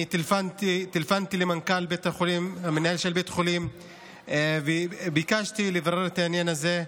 אני טלפנתי למנכ"ל של בית החולים וביקשתי לברר את העניין הזה.